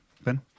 Ben